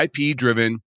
IP-driven